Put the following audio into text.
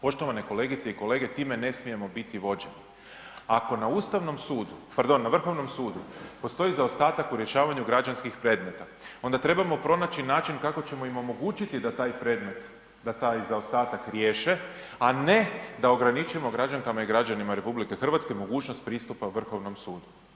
Poštovani kolegice i kolege time ne smijemo biti vođe, ako na Ustavnom sudu, pardon na Vrhovnom sudu postoji zaostatak u rješavanju građanskih predmeta onda trebamo pronaći način kako ćemo im omogućiti da taj predmet, da taj zaostatak riješe, a ne da ograničimo građankama i građanima RH mogućnost pristupa Vrhovnom sudu.